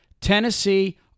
Tennessee